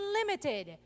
unlimited